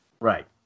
Right